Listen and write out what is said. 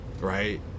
right